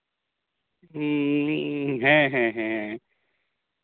ᱦᱮᱸ ᱦᱮᱸ ᱦᱮᱸ